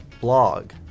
blog